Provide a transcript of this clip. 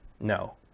No